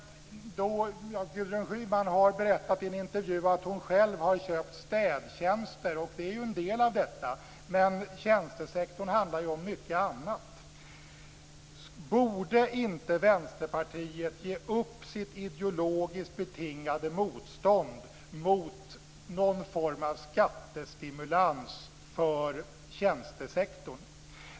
Gudrun Schyman har berättat i en intervju att hon själv har köpt städtjänster. Det är en del av detta. Men tjänstesektorn handlar om mycket annat. Borde inte Vänsterpartiet ge upp sitt ideologiskt betingade motstånd mot någon form av skattestimulans för tjänstesektorn.